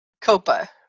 Copa